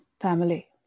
family